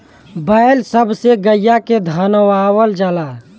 बैल सब से गईया के धनवावल जाला